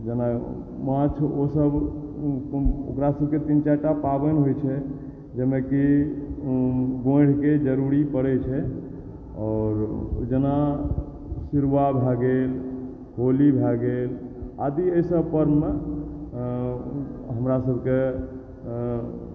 जेना माछ ओसभ कु कुन ओकरा सभक तीन चारिटा पाबनि होइ छै जाहिमे कि गोढ़िके जरूरी पड़ैत छै आओर जेना सिरबा भए गेल होली भए गेल आदि एहिसभ परमे हमरा सभके आ